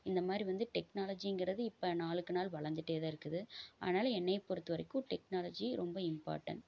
இந்த மாரி வந்து டெக்னாலஜிங்கிறது இப்போ நாளுக்கு நாள் வளர்ந்துட்டே தான் இருக்குது அதனால் என்னையை பொறுத்த வரைக்கும் டெக்னாலஜி ரொம்ப இம்பார்டண்ட்